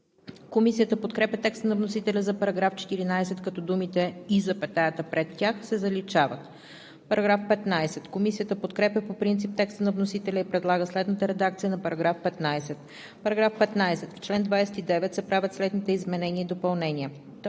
Комисията подкрепя текста на вносителя за § 14, като думите „и запетаята пред тях“ се заличават. Комисията подкрепя по принцип текста на вносителя и предлага следната редакция на § 15: „§ 15. В чл. 29 се правят следните изменения и допълнения: